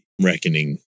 reckoning